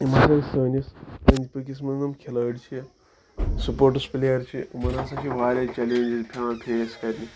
یِم ہَسا سٲنِس أنٛدۍ پٔکِس منٛز یِم کھِلٲڑۍ چھِ سٕپوٹٕس پلیر چھِ یِمَن ہَسا چھِ واریاہ چَلینٛجِز پٮ۪وان فیس کَرنہِ